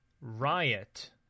Riot